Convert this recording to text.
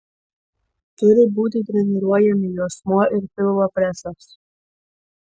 turi būti treniruojami juosmuo ir pilvo presas